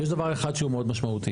יש דבר אחד שהוא מאוד משמעותי.